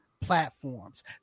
platforms